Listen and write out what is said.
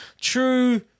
true